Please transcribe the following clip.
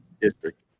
district